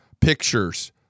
Pictures